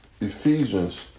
Ephesians